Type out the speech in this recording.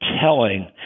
telling